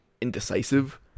indecisive